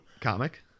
Comic